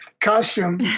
costume